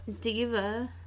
Diva